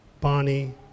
Bonnie